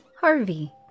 Harvey